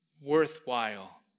worthwhile